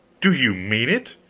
do you mean it?